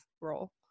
role